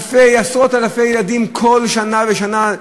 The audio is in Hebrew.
עשרות-אלפי ילדים נפגעים כל שנה ושנה.